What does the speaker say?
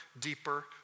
deeper